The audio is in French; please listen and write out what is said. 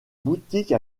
boutique